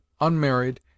unmarried